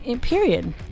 period